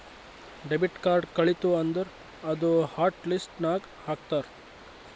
debit card ಕಳಿತು ಅಂದುರ್ ಅದೂ ಹಾಟ್ ಲಿಸ್ಟ್ ನಾಗ್ ಹಾಕ್ತಾರ್